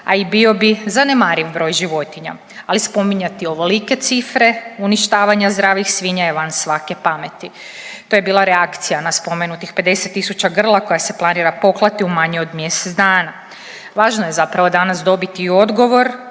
a i bio bi zanemariv broj životinja, ali spominjati ovolike cifre uništavanja zdravih svinja je van svake pameti. To je bila reakcija na spomenutih 50 tisuća grla koja se planira poklati u manje od mjesec dana. Važno je zapravo danas dobiti i odgovor